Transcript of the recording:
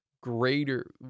greater